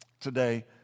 today